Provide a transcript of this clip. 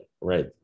right